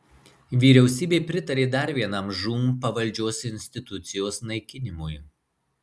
vyriausybė pritarė dar vienam žūm pavaldžios institucijos naikinimui